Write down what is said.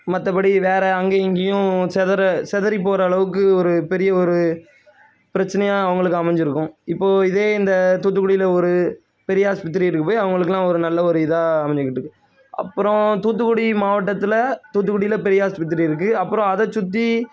மற்றபடி வேறு அங்கையும் இங்கையும் சிதற சிதறி போகிற அளவுக்கு ஒரு பெரிய ஒரு பிரச்சனையா அவங்களுக்கு அமைஞ்சுருக்கும் இப்போது இதே இந்த தூத்துக்குடியில் ஒரு பெரிய ஆஸ்பத்திரி இருக்க போய் அவங்களுக்குலாம் ஒரு நல்ல ஒரு இதாக அமைஞ்சிக்கிட்டுக்கு அப்புறோம் தூத்துக்குடி மாவட்டத்தில் தூத்துக்குடியில் பெரிய ஆஸ்பத்திரி இருக்குது அப்புறோம் அதை சுற்றி